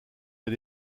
des